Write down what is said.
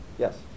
Yes